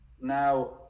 now